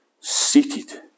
seated